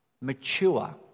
mature